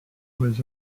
was